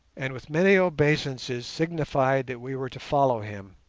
and with many obeisances signified that we were to follow him,